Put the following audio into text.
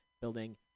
building